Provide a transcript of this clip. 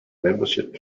membership